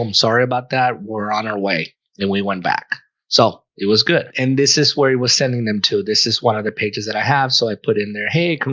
um sorry about that. we're on our way and we went back so it was good and this is where he was sending them to this is one of the pages that i have so i put in there. hey,